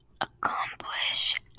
accomplish